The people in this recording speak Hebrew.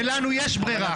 ולנו יש ברירה,